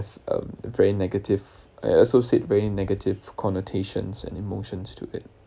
um very negative and also said very negative connotations and emotions to it